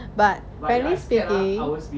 but fairly speaking